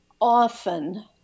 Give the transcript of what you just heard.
often